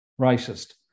racist